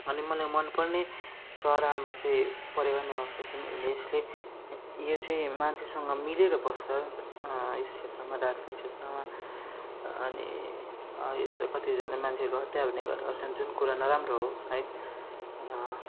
अनि मलाई मन पर्ने चरामा चाहिँ परेवा नै आउँछ किनभने यसले यो चाहिँ मान्छेसँग मिलेर बस्छ यस क्षेत्रमा दार्जिलिङ क्षेत्रमा अनि यसले कतिजना मान्छेहरूले हत्या पनि गर्ने गर्छन् जुन कुरा नराम्रो हो है